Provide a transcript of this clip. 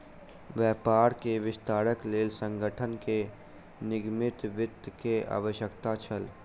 व्यापार के विस्तारक लेल संगठन के निगमित वित्त के आवश्यकता छल